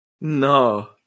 no